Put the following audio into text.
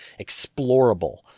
explorable